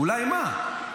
אולי --- אולי מה?